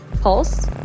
Pulse